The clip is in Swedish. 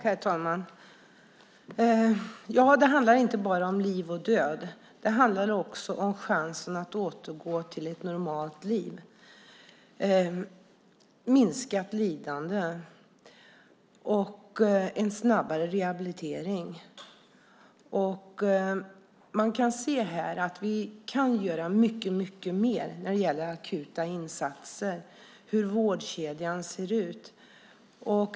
Herr talman! Det handlar inte bara om liv och död. Det handlar också om chansen att återgå till ett normalt liv, minskat lidande och en snabbare rehabilitering. Man kan se att vi kan göra mycket mer när det gäller akuta insatser och hur vårdkedjan ser ut.